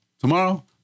Tomorrow